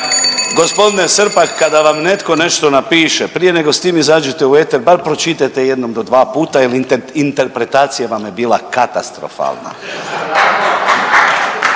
stvar, g. Srpak kada vam netko nešto napiše prije nego s tim izađete u eter bar pročitajte jednom do dva puta jer interpretacija vam je bila katastrofalna…/Pljesak/